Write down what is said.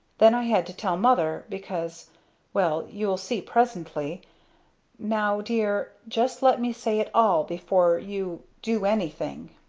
then i had to tell mother because well you'll see presently now dear just let me say it all before you do anything.